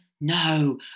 no